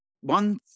one